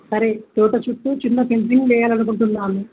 సరే తోట చుట్టూ చిన్న పెింంటంగ్ వెయాలనుకుంటున్నాము